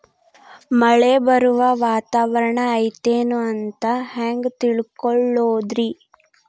ಮಳೆ ಬರುವ ವಾತಾವರಣ ಐತೇನು ಅಂತ ಹೆಂಗ್ ತಿಳುಕೊಳ್ಳೋದು ರಿ?